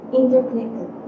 interconnected